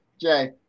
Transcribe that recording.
Jay